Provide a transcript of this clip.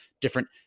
different